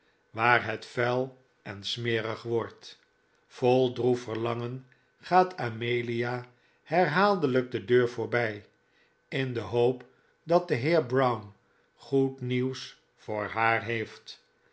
waar het vuil en smerig wordt vol droef verlangen gaat amelia herhaaldelijk de deur voorbij in de hoop dat de heer brown goed nieuws voor haar heeft